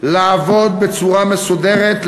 לעבוד בצורה מסודרת,